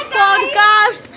podcast